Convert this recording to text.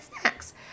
snacks